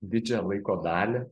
didžią laiko dalį